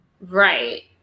Right